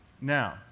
Now